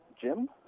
Jim